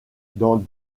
dans